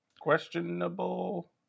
questionable